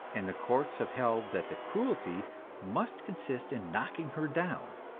and the courts have held that the cruelty must consist in knocking her down.